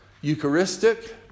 Eucharistic